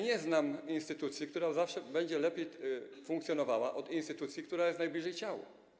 Nie znam instytucji, która zawsze będzie lepiej funkcjonowała od instytucji, która jest najbliżej ciała.